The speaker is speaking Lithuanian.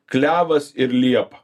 klevas ir liepa